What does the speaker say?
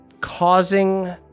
causing